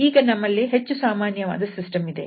ಈಗ ನಮ್ಮಲ್ಲಿ ಹೆಚ್ಚು ಸಾಮಾನ್ಯವಾದ ಸಿಸ್ಟಮ್ ಇದೆ